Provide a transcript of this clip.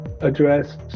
address